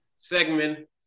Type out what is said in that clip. segment